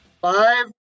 Five